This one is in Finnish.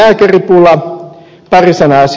pari sanaa siitä